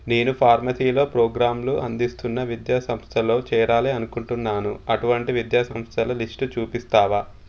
నేను ఫార్మసీలో ప్రోగ్రాంలు అందిస్తున్న విద్యా సంస్థలో చేరాలి అనుకుంటున్నాను అటువంటి విద్యాసంస్థల లిస్టు చూపిస్తావా